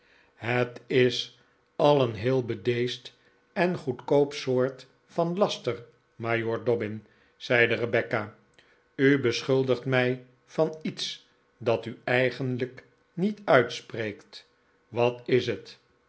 het is al een heel bedeesd en goedkoop soort van laster majoor dobbin zeide rebecca u beschuldigt mij van iets dat u eigenlijk niet uitspreekt wat is het